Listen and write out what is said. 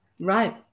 right